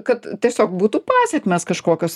kad tiesiog būtų pasekmės kažkokios